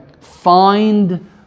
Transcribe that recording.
find